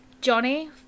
Johnny